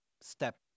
step